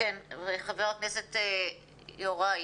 חה"כ יוראי